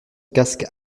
casque